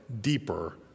deeper